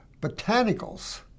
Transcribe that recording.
botanicals